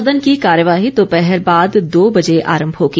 सदन की कार्यवाही दोपहर बाद दो बजे आरम्भ होगी